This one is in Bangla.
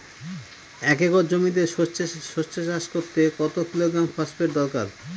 এক একর জমিতে সরষে চাষ করতে কত কিলোগ্রাম ফসফেট দরকার?